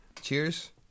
Cheers